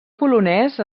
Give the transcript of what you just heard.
polonès